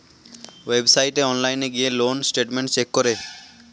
ওয়েবসাইটে অনলাইন গিয়ে loan statement check করে